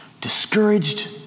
discouraged